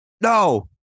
no